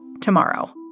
tomorrow